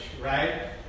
right